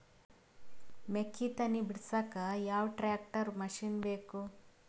ಮೆಕ್ಕಿ ತನಿ ಬಿಡಸಕ್ ಯಾವ ಟ್ರ್ಯಾಕ್ಟರ್ ಮಶಿನ ಬೇಕು?